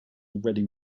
already